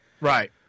Right